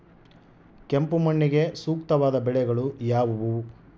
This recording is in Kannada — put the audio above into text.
ಕೆಂಪು ಮಣ್ಣಿಗೆ ಸೂಕ್ತವಾದ ಬೆಳೆಗಳು ಯಾವುವು?